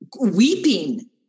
weeping